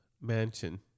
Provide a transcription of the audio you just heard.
mansion